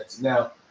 Now